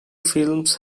films